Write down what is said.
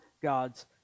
God's